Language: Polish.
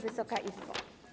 Wysoka Izbo!